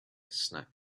snack